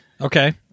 Okay